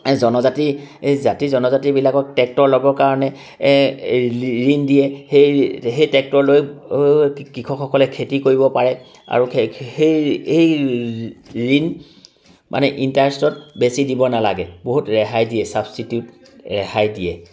জনজাতি এই জাতি জনজাতিবিলাকক ট্ৰেক্টৰ ল'বৰ কাৰণে ঋণ দিয়ে সেই সেই ট্ৰেক্টৰ লৈ কৃষকসকলে খেতি কৰিব পাৰে আৰু সেই ঋণ মানে ইণ্টাৰেষ্টত বেছি দিব নেলাগে বহুত ৰেহাই দিয়ে ছাবছিডি ৰেহাই দিয়ে